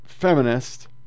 feminist